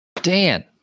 Dan